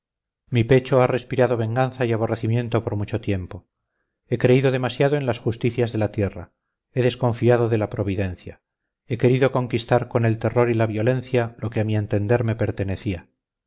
mi pecho ha respirado venganza y aborrecimiento por mucho tiempo he creído demasiado en las justicias de la tierra he desconfiado de la providencia he querido conquistar con el terror y la violencia lo que a mi entender me pertenecía